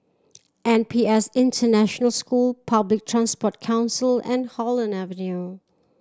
N P S International School Public Transport Council and Holland Avenue